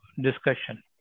discussion